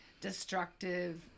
destructive